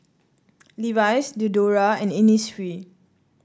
Levi's Diadora and Innisfree